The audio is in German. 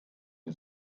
den